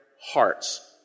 hearts